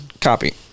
copy